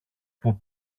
που